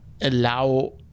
allow